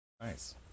Nice